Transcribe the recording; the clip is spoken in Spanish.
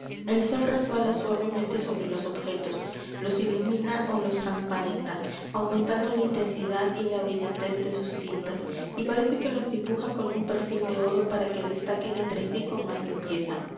el sol resbala suavemente sobre los objetos los ilumina ó los transparenta aumentando la intensidad y la brillantez de sus tintas y parece que los dibuja con un perfil de oro para que destaquen entre sí con más limpieza